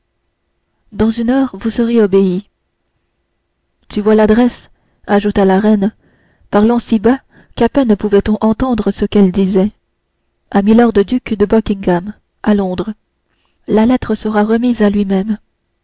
dans une heure vous serez obéie tu vois l'adresse ajouta la reine parlant si bas qu'à peine pouvait-on entendre ce qu'elle disait à milord duc de buckingham à londres la lettre sera remise à lui-même